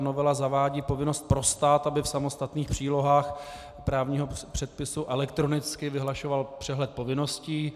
Novela zavádí povinnost pro stát, aby v samostatných přílohách právního předpisu elektronicky vyhlašoval přehled povinností.